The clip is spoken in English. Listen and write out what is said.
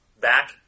back